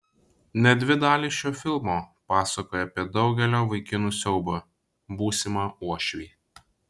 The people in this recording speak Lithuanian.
net dvi dalys šio filmo pasakoja apie daugelio vaikinų siaubą būsimą uošvį